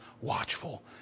watchful